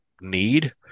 need